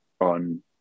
on